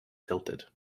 tilted